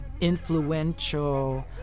influential